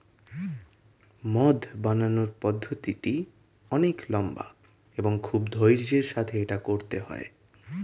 মদ বানানোর পদ্ধতিটি অনেক লম্বা এবং খুব ধৈর্য্যের সাথে এটা করতে হয়